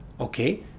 okay